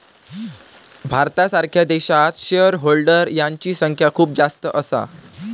भारतासारख्या देशात share holder यांची संख्या खूप जास्त असा